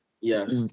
Yes